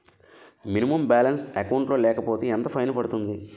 Minimum balance account లో లేకపోతే ఎంత ఫైన్ పడుతుంది?